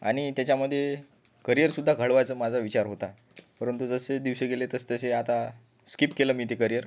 आणि त्याच्यामध्ये करिअरसुद्धा घडवायचा माझा विचार होता परंतु जसे दिवस गेले तसतसे आता स्किप केलं मी ते करिअर